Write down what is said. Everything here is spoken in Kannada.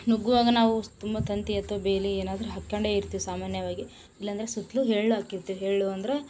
ನುಗ್ಗುವಾಗ ನಾವು ತುಂಬಾ ತಂತಿ ಅಥ್ವಾ ಬೇಲಿ ಏನಾದರು ಹಾಕ್ಕೊಂಡೇ ಇರ್ತೀವಿ ಸಾಮಾನ್ಯವಾಗಿ ಇಲ್ಲಂದ್ರೆ ಸುತ್ತಲೂ ಹೆಳ್ಳು ಹಾಕಿರ್ತೀವಿ ಹೆಳ್ಳು ಅಂದ್ರೆ